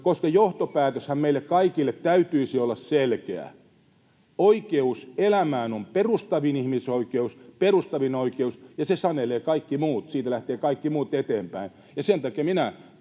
koska johtopäätöshän meille kaikille täytyisi olla selkeä: oikeus elämään on perustavin ihmisoikeus, perustavin oikeus, ja se sanelee kaikki muut, siitä lähtevät kaikki muut eteenpäin.